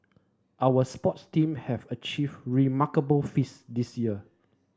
our sports team have achieved remarkable feats this year